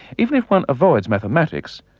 even if one avoids mathematics,